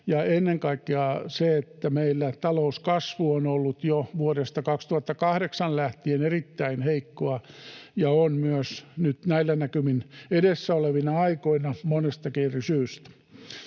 ja ennen kaikkea meillä talouskasvu on ollut jo vuodesta 2008 lähtien erittäin heikkoa ja on myös nyt näillä näkymin edessä olevina aikoina monestakin eri syystä.